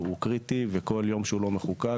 הוא חוק קריטי וכל יום שהוא לא מחוקק,